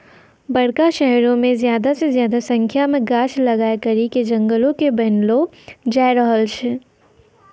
बड़का शहरो मे ज्यादा से ज्यादा संख्या मे गाछ लगाय करि के जंगलो के बनैलो जाय रहलो छै